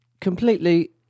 completely